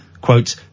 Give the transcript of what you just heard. quote